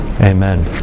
amen